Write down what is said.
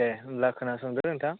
ए होमब्ला खोनासंदो नोंथां